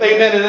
Amen